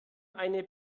eine